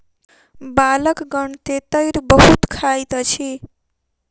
बालकगण तेतैर बहुत खाइत अछि